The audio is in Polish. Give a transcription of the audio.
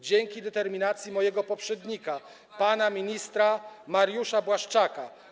Dzięki determinacji mojego poprzednika pana ministra Mariusza Błaszczaka.